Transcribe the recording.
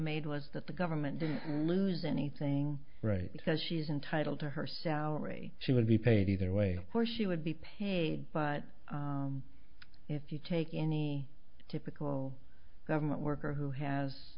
made was that the government didn't lose anything right says she's entitled to her salary she would be paid either way or she would be paid but if you take any typical government worker who has